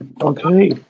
okay